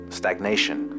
stagnation